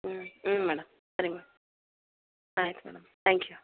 ಹ್ಞೂ ಹ್ಞೂ ಮೇಡಮ್ ಸರಿ ಮೆಡಮ್ ಆಯಿತು ಮೇಡಮ್ ತ್ಯಾಂಕ್ ಯು